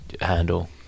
handle